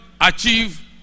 achieve